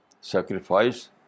sacrifice